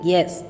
Yes